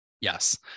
Yes